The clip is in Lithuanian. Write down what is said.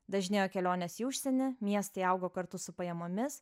dažnėjo kelionės į užsienį miestai augo kartu su pajamomis